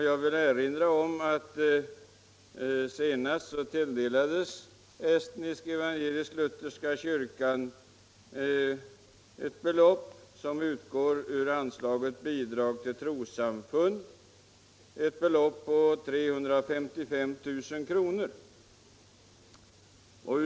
Jag vill erinra om att estniska evangelisk-lutherska kyrkan senast tilldelades ett belopp på 355 000 kronor som utgick ur anslaget Bidrag till trossamfund.